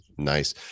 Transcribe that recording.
Nice